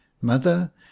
Mother